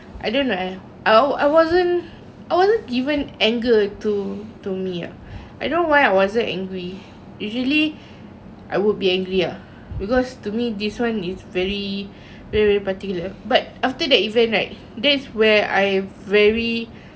I don't know eh oh I wasn't I wasn't given anger to to me ah I don't know why I wasn't angry usually I would be angry ah because to me this one is very very particular but after that event right that's where I very